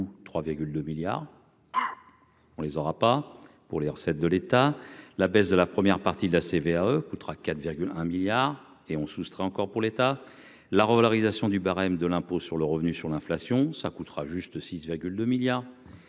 3 2 milliards. On les aura pas pour les recettes de l'État, la baisse de la première partie de la CVAE coûtera 4 1 milliard et on soustrait encore pour l'État, la revalorisation du barème de l'impôt sur le revenu sur l'inflation, ça coûtera juste 6 2 milliards